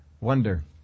Wonder